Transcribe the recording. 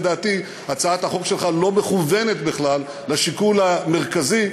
לדעתי הצעת החוק שלך לא מכוונת בכלל לשיקול המרכזי,